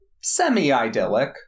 semi-idyllic